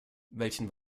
welchen